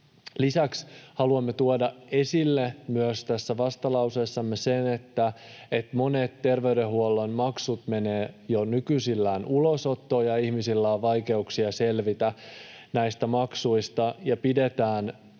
Lisäksi haluamme tuoda esille myös tässä vastalauseessamme sen, että monet terveydenhuollon maksut menevät jo nykyisellään ulosottoon ja ihmisillä on vaikeuksia selvitä näistä maksuista. Pidetään